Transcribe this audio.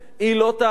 היא לא תעצור.